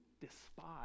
despise